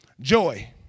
joy